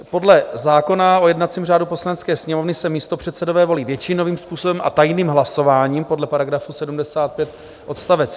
Podle zákona o jednacím řádu Poslanecké sněmovny se místopředsedové volí většinovým způsobem a tajným hlasováním podle § 75 odst.